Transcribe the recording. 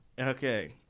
Okay